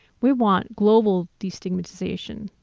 we want global destigmatization.